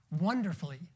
wonderfully